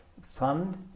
Fund